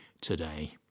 today